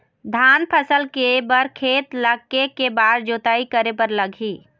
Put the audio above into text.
धान फसल के बर खेत ला के के बार जोताई करे बर लगही?